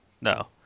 No